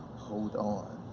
hold on.